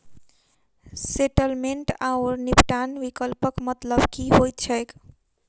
Settlement आओर निपटान विकल्पक मतलब की होइत छैक?